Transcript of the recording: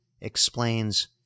explains